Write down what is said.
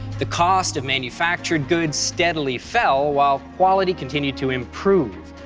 the cost of manufactured goods steadily fell while quality continued to improve.